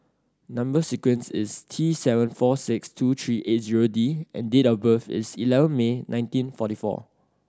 number sequence is T seven four six two three eight zero D and date of birth is eleven May nineteen forty four